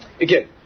Again